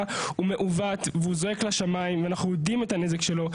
הוא זועק לשמים ואנחנו יודעים את הנזק שלו.